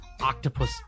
octopus